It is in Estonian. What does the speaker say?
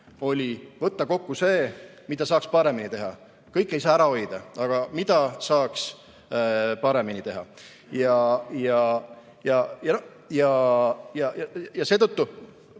oli võtta kokku see, mida saaks paremini teha. Kõike ei saa ära hoida, aga midagi saaks paremini teha. Seetõttu